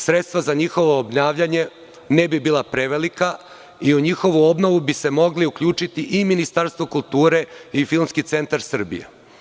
Sredstva za njihovo obnavljanje ne bi bila prevelika i u njihovu obnovu bi se mogli uključiti i Ministarstvo kulture i Filmski centar Srbije.